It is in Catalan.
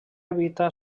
habita